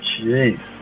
jeez